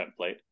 template